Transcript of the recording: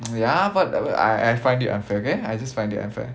ya but but I I find it unfair okay I just find it unfair